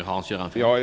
Herr talman!